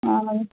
ಹಾಂ ಮ್ಯಾಮ್